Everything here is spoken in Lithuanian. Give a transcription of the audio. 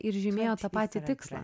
ir žymėjo tą patį tikslą